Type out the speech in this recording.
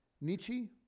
Nietzsche